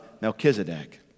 Melchizedek